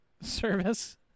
service